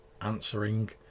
answering